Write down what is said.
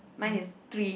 mine is three